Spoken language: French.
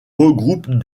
regroupent